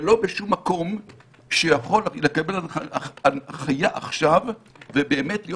ולא שום מקום שיכול לקבל הנחיה עכשיו ובאמת להיות